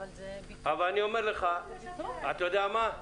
אבל אני אומר לך אתה יודע מה?